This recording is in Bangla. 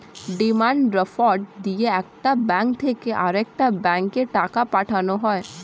ডিমান্ড ড্রাফট দিয়ে একটা ব্যাঙ্ক থেকে আরেকটা ব্যাঙ্কে টাকা পাঠানো হয়